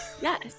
yes